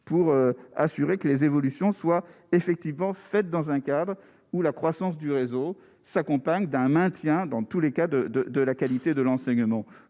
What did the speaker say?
pour assurer que les évolutions soient effectivement faites dans un cadre où la croissance du réseau s'accompagnent d'un maintien dans tous les cas de, de, de la qualité de l'enseignement,